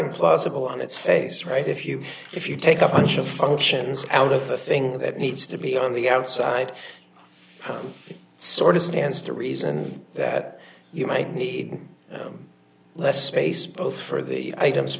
implausible on its face right if you if you take a bunch of functions out of the thing that needs to be on the outside sort of stands to reason you might be less space both for the items